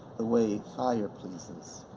the way fire pleases,